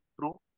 true